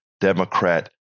Democrat